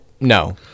No